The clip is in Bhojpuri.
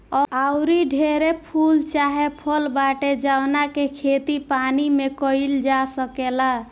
आऊरी ढेरे फूल चाहे फल बाटे जावना के खेती पानी में काईल जा सकेला